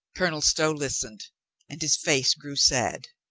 colonel stow listened and his face grew sad.